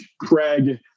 Craig